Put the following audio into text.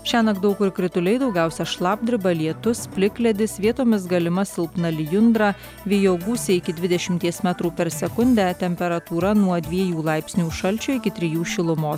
šiąnakt daug kur krituliai daugiausia šlapdriba lietus plikledis vietomis galima silpna lijundra vėjo gūsiai iki dvidešimties metrų per sekundę temperatūra nuo dviejų laipsnių šalčio iki trijų šilumos